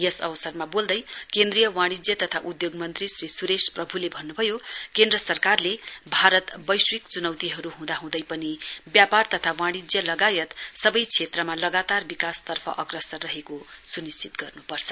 यस अवसरमा वोल्दै केन्द्रीय वाणिज्य तथा उद्धोग मन्त्री श्री स्रेश प्रभ्ले भन्न्भयो केन्द्र सरकारले भारत वैश्विक च्नौतीहरु हँदाहँदै पनि व्यापार तथा वाणिज्य लगायत सवै क्षेत्रमा लगातार विकासतर्फ अग्रसर रहेको सुनिश्चित गर्न्पर्छ